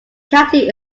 county